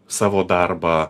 savo darbą